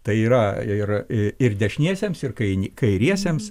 tai yra ir ir dešiniesiems ir kai kairiesiems